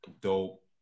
dope